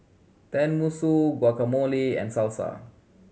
Tenmusu Guacamole and Salsa